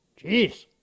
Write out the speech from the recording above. Jeez